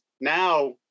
Now